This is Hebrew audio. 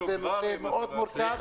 מקביל, שזה נושא מאוד מורכב.